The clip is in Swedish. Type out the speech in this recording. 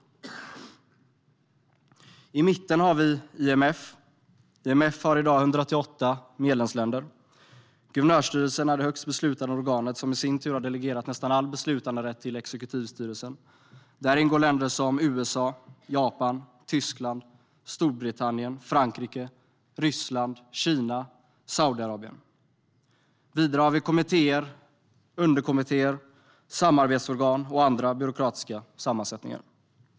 I mitten har vi IMF. IMF har i dag 188 medlemsländer. Guvernörsstyrelsen är det högsta beslutande organet, som i sin tur har delegerat nästan all beslutanderätt till exekutivstyrelsen. Där ingår länder som USA, Japan, Tyskland, Storbritannien, Frankrike, Ryssland, Kina och Saudiarabien. Vidare har vi kommittéer, underkommittéer, samarbetsorgan och andra byråkratiska sammansättningar.